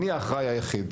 אני האחראי היחיד.